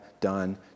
done